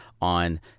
on